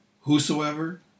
whosoever